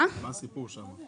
מה הסיפור שם?